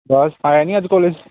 ਬਸ ਆਇਆ ਨਹੀਂ ਅੱਜ ਕੋਲੇਜ